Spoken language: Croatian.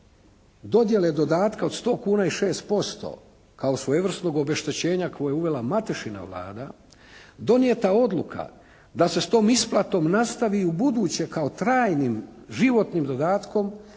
dodjele dodatka od 100,00 kuna i 6% kao svojevrsnog obeštećenja koje je uvela Matešina Vlada, donijeta odluka da se s tom isplatom nastavi i ubuduće kao trajnim, životnim dodatkom,